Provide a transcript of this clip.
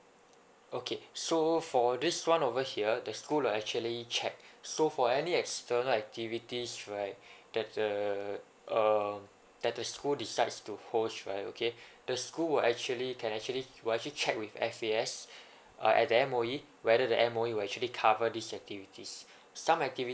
okay so for this one over here the school will actually check so for any external activities right that the uh that the school decides to host right okay the school will actually can actually will actually check with F_A_S uh and the M_O_E whether the M_O_E will actually cover these activities some activities